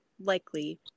likely